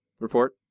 report